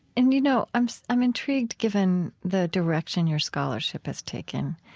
and, you know, i'm so i'm intrigued, given the direction your scholarship has taken,